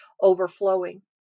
overflowing